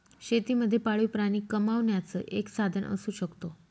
शेती मध्ये पाळीव प्राणी कमावण्याचं एक साधन असू शकतो